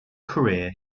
career